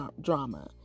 drama